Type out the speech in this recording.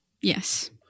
Yes